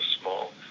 small